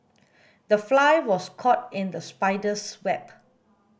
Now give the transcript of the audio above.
the fly was caught in the spider's web